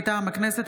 מטעם הכנסת,